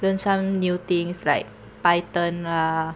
learn some new things like python lah